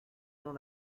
dans